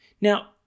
Now